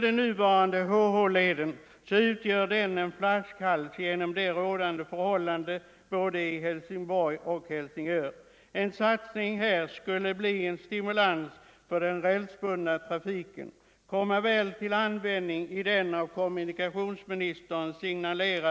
Den nuvarande HH-leden utgör en flaskhals på grund av de rådande förhållandena i både Helsingborg och Helsingör. En satsning här skulle bli en stimulans för den rälsbundna trafiken och komma till god an litiken.